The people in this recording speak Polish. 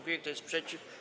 Kto jest przeciw?